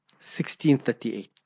1638